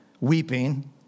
weeping